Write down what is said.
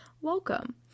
welcome